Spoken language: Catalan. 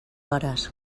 hores